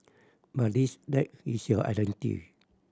but this that is your identity